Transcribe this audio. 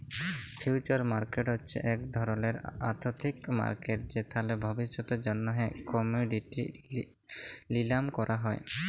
future market হছে ইক ধরলের আথ্থিক মার্কেট যেখালে ভবিষ্যতের জ্যনহে কমডিটি লিলাম ক্যরা হ্যয়